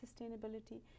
sustainability